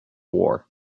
war